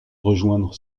rejoindre